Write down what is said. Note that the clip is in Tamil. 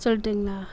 சொல்லட்டுங்களா